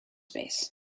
space